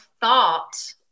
thought